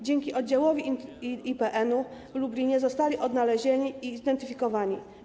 Dzięki Oddziałowi IPN w Lublinie zostali odnalezieni i zidentyfikowani.